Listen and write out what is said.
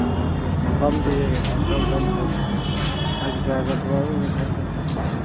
ꯑꯣ ꯑꯗꯨꯗꯤ ꯃꯐꯝꯗꯤ ꯑꯥ ꯀꯔꯝ ꯀꯔꯝꯕ ꯆꯠꯇꯣꯏꯕ ꯍꯥꯏꯗꯤ ꯆꯨꯔꯥꯆꯥꯟꯄꯨꯔ ꯃꯅꯨꯡꯗ